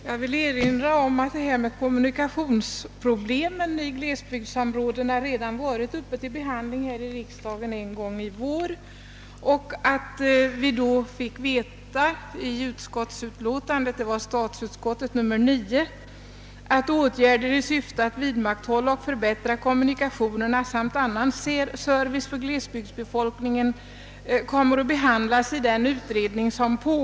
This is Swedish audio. Herr talman! Jag vill erinra om att kommunikationsproblemen i glesbygdsområdena redan varit föremål för behandling i riksdagen en gång i vår och att vi då i statsutskottets utlåtande nr 9 kunde läsa att frågan om åtgärder i syfte att vidmakthålla och förbättra kommunikationerna samt annan service för glesbygdsbefolkningen skall behandlas av en arbetsgrupp inom Kungl. Maj:ts kansli.